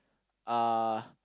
uh